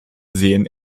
sehen